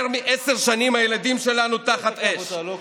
יותר מעשר שנים הילדים שלנו תחת אש.